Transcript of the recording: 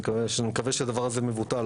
אני מקווה שהדבר הזה מבוטל,